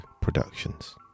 Productions